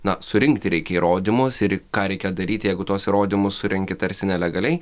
na surinkti reikia įrodymus ir ką reikia daryti jeigu tuos įrodymus surenki tarsi nelegaliai